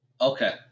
Okay